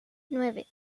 nueve